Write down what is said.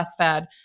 breastfed